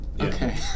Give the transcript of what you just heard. Okay